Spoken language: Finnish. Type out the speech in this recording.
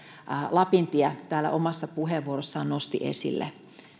lapintie täällä omassa puheenvuorossaan nosti esille